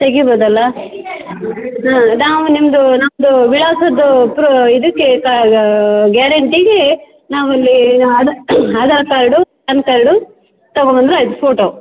ತೆಗಿಬೋದಲ್ಲ ನಾವು ನಿಮ್ಮದು ನಮ್ಮದು ವಿಳಾಸದ್ದು ಪ್ರೂ ಇದಕ್ಕೆ ಗ್ಯಾರೆಂಟಿಗೆ ನಾವಲ್ಲಿ ಆಧಾರ್ ಕಾರ್ಡು ಪಾನ್ ಕಾರ್ಡು ತಗೊ ಬಂದರೆ ಆಯಿತು ಫೋಟೋ